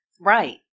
Right